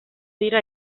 dira